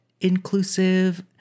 inclusive